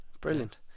brilliant